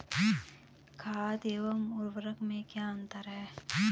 खाद एवं उर्वरक में अंतर?